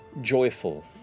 joyful